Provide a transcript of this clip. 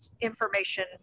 information